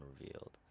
revealed